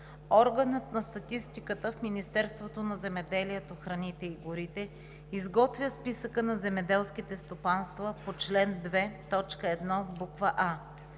Органът на статистиката в Министерството на земеделието, храните и горите изготвя списъка на земеделските стопанства по чл. 2, т. 1, буква